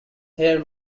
here